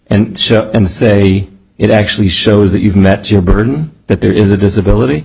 and and say it actually shows that you've met your burden that there is a disability